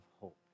hope